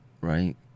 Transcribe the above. right